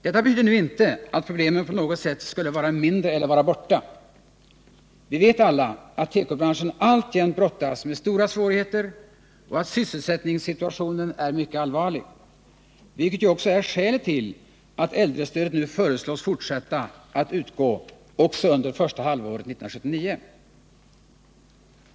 Detta betyder nu inte att problemen på något sätt skulle vara mindre eller vara borta. Vi vet alla att tekobranschen alltjämt brottas med stora svårigheter och att sysselsättningssituationen är mycket allvarlig, vilket ju också är skälet till att äldrestödet nu föreslås fortsätta att utgå också under första halvåret 1979.